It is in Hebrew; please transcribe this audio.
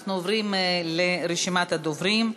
אנחנו עוברים לרשימת הדוברים.